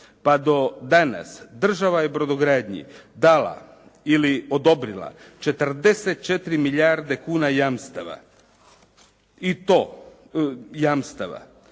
pa do danas država je brodogradnji dala ili odobrila 44 milijarde kuna jamstava. I to, jamstava,